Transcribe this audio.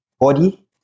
body